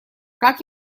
как